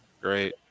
Great